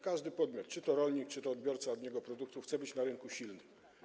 Każdy podmiot, czy to rolnik, czy to odbiorca jego produktów, chce być na rynku silny.